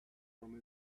from